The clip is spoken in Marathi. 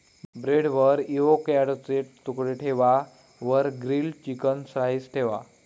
ब्रेडवर एवोकॅडोचे तुकडे ठेवा वर ग्रील्ड चिकन स्लाइस ठेवा